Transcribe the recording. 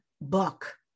book